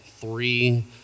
three